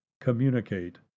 communicate